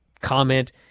comment